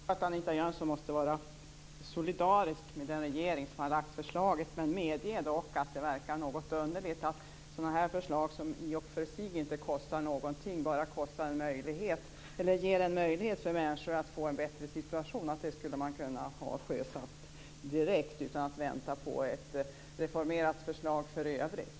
Fru talman! Jag förstår att Anita Jönsson måste vara solidarisk med den regering som har lagt fram förslaget. Medge dock att ett sådant här förslag - som i och för inte kostar någonting men ger en möjlighet för människor att få en bättre situation - skulle man kunna ha sjösatt direkt utan att vänta på ett reformerat förslag i övrigt!